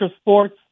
sports